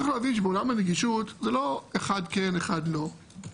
צריך להבין שבעולם הנגישות זה לא אחד כן-אחד לא,